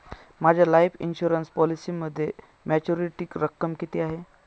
माझ्या life insurance पॉलिसीमध्ये maturity रक्कम किती आहे?